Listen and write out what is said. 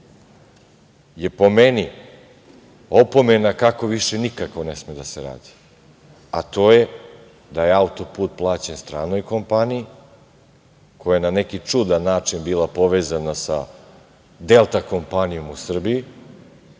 je, po meni, opomena kako više nikako ne sme da se radi, a to je da je autoput plaćen stranoj kompaniji koja je na neki čudan način bila povezana sa Delta kompanijom u Srbiji,